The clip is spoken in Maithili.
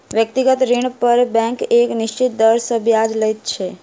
व्यक्तिगत ऋण पर बैंक एक निश्चित दर सॅ ब्याज लैत छै